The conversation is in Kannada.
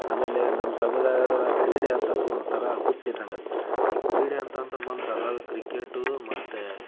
ಆಮೇಲೇ ನಮ್ಮ ಸಮುದಾಯದ ಕ್ರೀಡೆ ಅಂತಂದ್ರೆ ಒಂಥರಾ ಹುಚ್ಚಿದ್ದಂಗೆ ಈ ಕ್ರೀಡೆ ಅಂತಂತ ಬಂದ್ರದ್ರಾಗೆ ಕ್ರಿಕ್ಕೆಟ್ಟು ಮತ್ತು